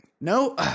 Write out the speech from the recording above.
no